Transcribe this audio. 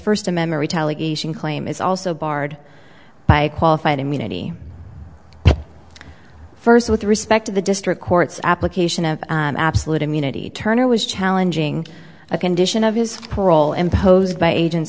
first a memory tallied claim is also barred by a qualified immunity first with respect to the district court's application of absolute immunity turner was challenging a condition of his parole imposed by agent